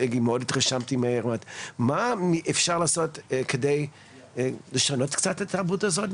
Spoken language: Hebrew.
מה אפשר לעשות כדי לשנות מעט את התרבות הזאת,